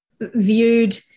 Viewed